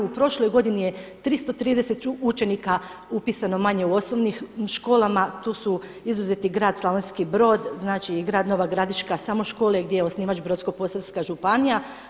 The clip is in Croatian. U prošloj godini je 330 učenika upisano manje u osnovnim školama, tu su izuzeti gradovi Slavonski Brod, znači i grad Nova Gradiška samo škole gdje je osnivač Brodsko-posavska županija.